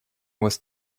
was